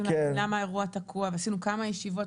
להבין למה האירוע תקוע ועשינו כמה ישיבות,